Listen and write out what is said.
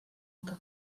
que